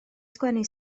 sgwennu